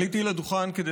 עליתי לדוכן כדי